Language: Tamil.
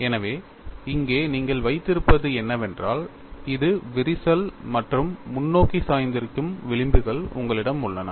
எனவே இங்கே நீங்கள் வைத்திருப்பது என்னவென்றால் இது விரிசல் மற்றும் முன்னோக்கி சாய்ந்திருக்கும் விளிம்புகள் உங்களிடம் உள்ளன